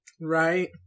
right